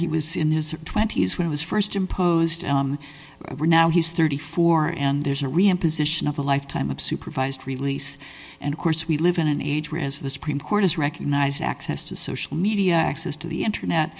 he was in his twenty's when i was st imposed we're now he's thirty four and there's a reimposition of a lifetime of supervised release and of course we live in an age where as the supreme court has recognized access to social media access to the internet